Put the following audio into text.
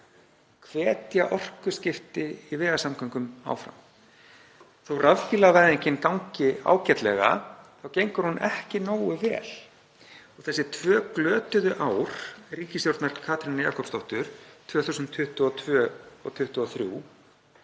hvetja til orkuskipta í vegasamgöngum áfram. Þótt rafbílavæðingin gangi ágætlega þá gengur hún ekki nógu vel. Þessi tvö glötuðu ár ríkisstjórnar Katrínar Jakobsdóttur, 2022 og 2023,